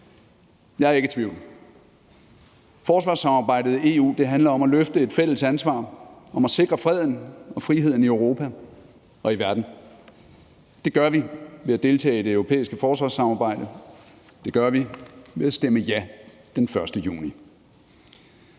Jeg er ikke i tvivl. Forsvarssamarbejdet i EU handler om at løfte et fælles ansvar, om at sikre freden og friheden i Europa og i verden. Det gør vi ved at deltage i det europæiske forsvarssamarbejde, det gør vi ved at stemme ja den 1. juni.